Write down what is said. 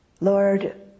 Lord